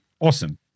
awesome